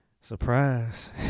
Surprise